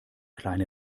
kleine